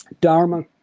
Dharma